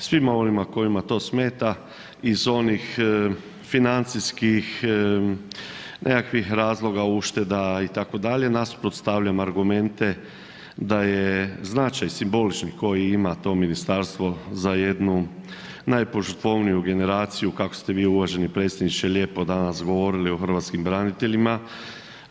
Svima onima kojima to smeta iz onih financijskih, nekakvih razloga ušteda itd., nasuprot stavljam argumente da je značaj simbolični koje ima to ministarstvo za jednu najpožrtvovniju generaciju kako ste vi uvaženi predsjedniče lijepo danas govorili o hrvatskim braniteljima,